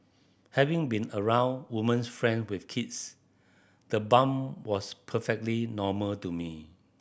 having been around woman's friend with kids the bump was perfectly normal to me